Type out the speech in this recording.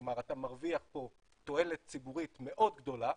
כלומר אתה מרוויח פה תועלת ציבורית מאוד גדולה,